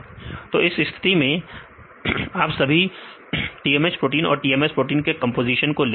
तो इस स्थिति में आप सभी TMH प्रोटीन और TMS प्रोटीन के कंपोजीशन को ले